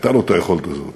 הייתה לו היכולת הזאת,